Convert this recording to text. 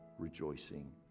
rejoicing